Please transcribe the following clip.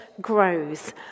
grows